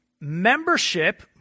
membership